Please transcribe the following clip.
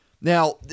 Now